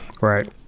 Right